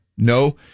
No